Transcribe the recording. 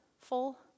full